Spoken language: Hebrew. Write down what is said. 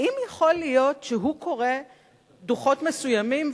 האם יכול להיות שהוא קורא דוחות מסוימים,